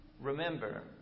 remember